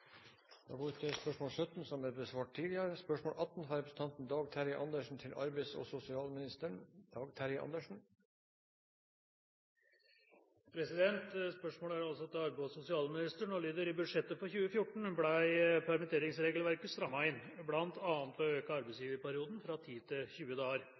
Spørsmål 17 er besvart tidligere, før spørsmål 4. Spørsmålet er altså til arbeids- og sosialministeren og lyder slik: «I budsjettet for 2014 ble permitteringsregleverket strammet inn, bl.a. ved å øke arbeidsgiverperioden fra 10 til 20 dager.